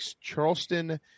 Charleston